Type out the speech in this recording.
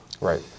Right